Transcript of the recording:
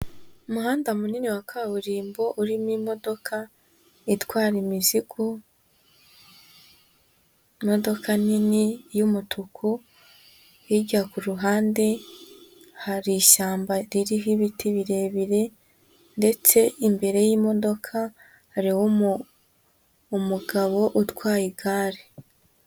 Umuhanda munini wa kaburimbo urimo imodoka itwara imizigo, imodoka nini y'umutuku, hirya ku ruhande hari ishyamba ririho ibiti birebire ndetse imbere y'imodoka hariho umugabo utwaye igare.